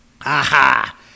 Aha